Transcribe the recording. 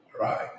right